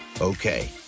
Okay